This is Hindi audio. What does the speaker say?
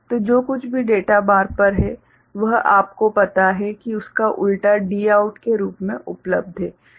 तो जो कुछ भी डेटा बार पर है वह आपको पता है कि उसका उलटा Dout के रूप में उपलब्ध है